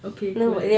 okay cool